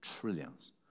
trillions